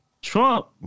Trump